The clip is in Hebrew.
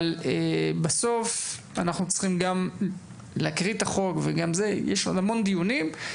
אנחנו צריכים גם להקריא את החוק ויש עוד המון דיונים.